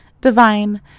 divine